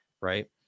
right